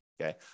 okay